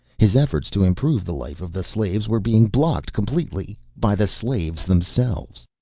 his efforts to improve the life of the slaves were being blocked completely by the slaves themselves.